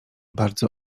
bardzo